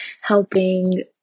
helping